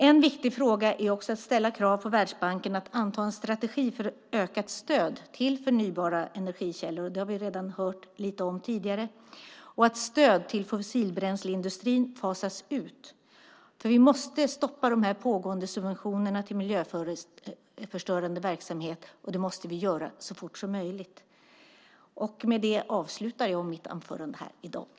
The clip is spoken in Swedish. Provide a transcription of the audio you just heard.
En viktig fråga är också att ställa krav på Världsbanken att anta en strategi för ökat stöd till förnybara energikällor - det har vi redan hört lite om tidigare - och att stöd till fossilbränsleindustrin fasas ut, för vi måste stoppa de pågående subventionerna till miljöförstörande verksamhet, och det måste vi göra så fort som möjligt. Med det avslutar jag mitt anförande här i dag.